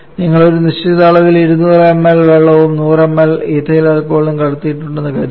നിങ്ങൾ ഒരു നിശ്ചിത അളവിൽ 200 മില്ലി വെള്ളവും 100 മില്ലി എഥൈൽ ആൽക്കഹോളും കലർത്തിയിട്ടുണ്ടെന്ന് കരുതുക